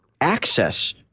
access